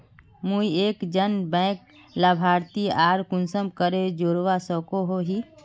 मुई एक जन बैंक लाभारती आर कुंसम करे जोड़वा सकोहो ही?